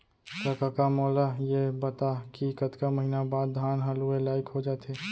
त कका मोला ये बता कि कतका महिना बाद धान ह लुए लाइक हो जाथे?